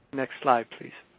next slide, please.